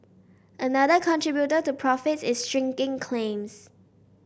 another contributor to profits is shrinking claims